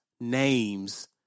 names